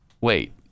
Wait